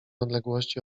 odległości